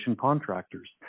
contractors